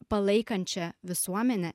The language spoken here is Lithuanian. palaikančią visuomenę